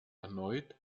erneut